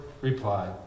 replied